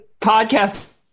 podcast